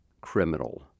criminal